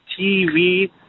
TV